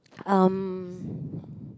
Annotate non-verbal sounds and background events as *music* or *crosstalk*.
um *breath*